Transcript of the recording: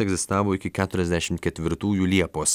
egzistavo iki keturiasdešimt ketvirtųjų liepos